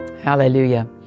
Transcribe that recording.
Hallelujah